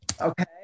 Okay